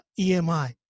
EMI